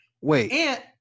Wait